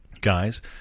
Guys